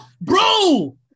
bro